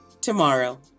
tomorrow